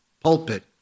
pulpit